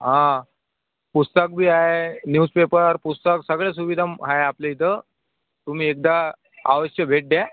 हा पुस्तक बी आहे न्यूजपेपर पुस्तक सगळ्या सुविधा आहे आपल्या इथं तुम्ही एकदा अवश्य भेट द्या